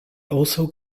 also